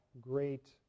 great